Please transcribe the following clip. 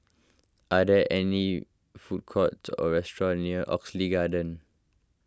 are there any food courts or restaurant near Oxley Garden